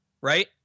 right